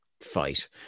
fight